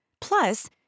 Plus